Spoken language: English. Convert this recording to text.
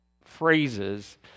phrases